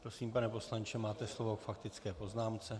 Prosím, pane poslanče, máte slovo k faktické poznámce.